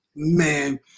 Man